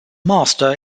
master